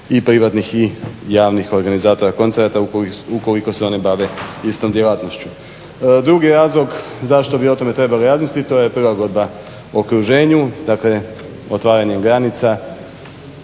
i privatnih i javnih organizatora koncerata ukoliko se one bave istom djelatnošću. Drugi razlog zašto bi o tome trebali razmisliti, to je prilagodba okruženju. Dakle otvaranjem granica